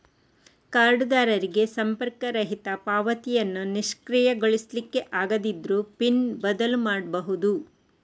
ಕಾರ್ಡುದಾರರಿಗೆ ಸಂಪರ್ಕರಹಿತ ಪಾವತಿಯನ್ನ ನಿಷ್ಕ್ರಿಯಗೊಳಿಸ್ಲಿಕ್ಕೆ ಆಗದಿದ್ರೂ ಪಿನ್ ಬದಲು ಮಾಡ್ಬಹುದು